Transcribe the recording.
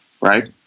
right